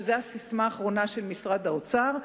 שזאת הססמה האחרונה של משרד האוצר,